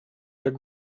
jak